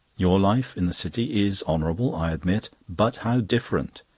your life in the city is honourable, i admit. but how different!